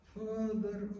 father